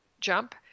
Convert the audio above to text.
jump